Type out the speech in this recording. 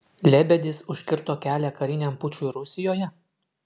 lebedis užkirto kelią kariniam pučui rusijoje